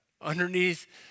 underneath